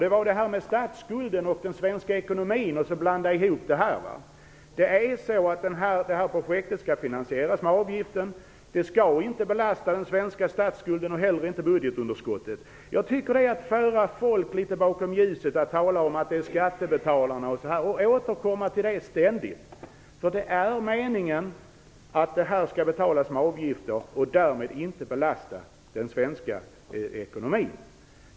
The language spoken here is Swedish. Det var det här med statsskulden och den svenska ekonomin, som hon blandar ihop med den här frågan. Det här projektet skall finansieras med avgifter. Det skall inte utgöra en belastning vare sig när det gäller den svenska statsskulden eller när det gäller budgetunderskottet. Jag tycker att det är att föra folk bakom ljuset när man talar om att det är skattebetalarna som får betala. Man återkommer till det ständigt. Meningen är ju att det här skall betalas med avgifter och därmed inte belasta den svenska ekonomin.